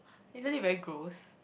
isn't it very gross